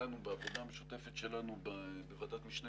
שידענו בעבודה המשותפת שלנו בוועדת המשנה